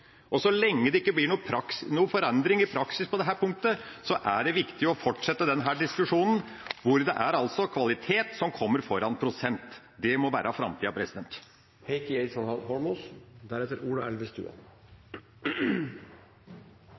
Så lenge det ikke blir noen forandring i praksis på dette punktet, er det viktig å fortsette denne diskusjonen, at det altså er kvalitet som kommer foran prosent. Det må være framtida.